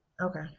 okay